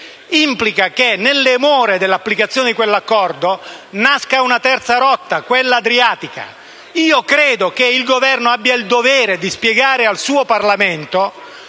e che, nelle more dell'applicazione di quell'accordo, nasca una terza rotta: quella adriatica. Io credo che il Governo abbia il dovere di spiegare al Parlamento